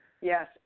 Yes